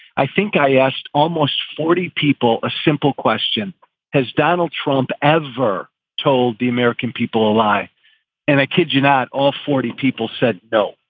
i think i asked almost forty people a simple question has donald trump ever told the american people alive? and i kid you. not all forty people said, no,